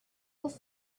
would